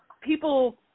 people